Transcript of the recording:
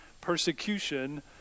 persecution